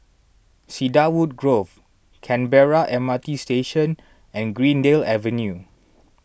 Cedarwood Grove Canberra M R T Station and Greendale Avenue